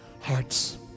hearts